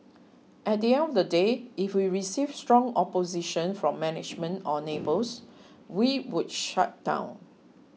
at the end of the day if we received strong opposition from management or neighbours we would shut down